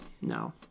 No